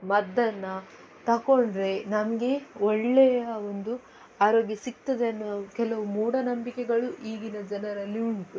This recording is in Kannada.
ಮದ್ದನ್ನು ತಗೊಂಡ್ರೆ ನಮಗೆ ಒಳ್ಳೆಯ ಒಂದು ಆರೋಗ್ಯ ಸಿಗ್ತದೆ ಅನ್ನುವ ಕೆಲವು ಮೂಢನಂಬಿಕೆಗಳು ಈಗಿನ ಜನರಲ್ಲಿ ಉಂಟು